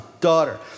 daughter